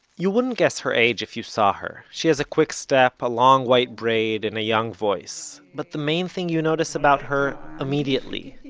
you wouldn't guess her age if you saw her. she has a quick step, a long white braid, and a young voice. but the main thing you notice about her, immediately,